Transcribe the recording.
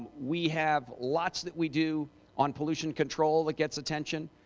we have lots that we do on pollution control that gets attention,